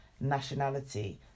Nationality